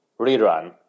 rerun